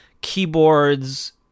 keyboards